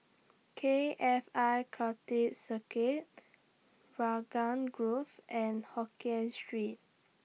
K F I Karting Circuit Raglan Grove and Hokkien Street